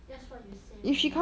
that's what you say only